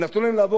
נתנו להם לעבור.